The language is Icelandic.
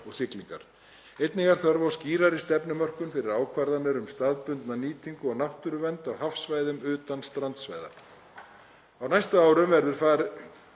og siglingar. Einnig er þörf á skýrari stefnumörkun fyrir ákvarðanir um staðbundna nýtingu og náttúruvernd á hafsvæðum utan strandsvæða. Á næstu árum hefst